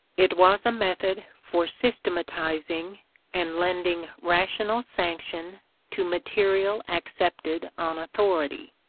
it was a method for systematizing and lending rational sanction to material accepted on authority.